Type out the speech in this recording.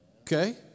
Okay